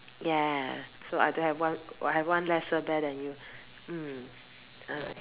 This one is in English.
yeah so I don't have one I have one lesser bear than you mm alright